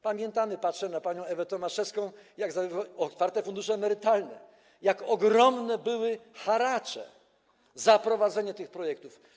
Pamiętamy - patrzę na panią Ewę Tomaszewską - otwarte fundusze emerytalne, jak ogromne były haracze za prowadzenie tych projektów.